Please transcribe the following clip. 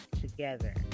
together